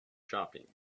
shopping